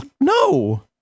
no